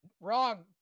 Wrong